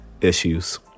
issues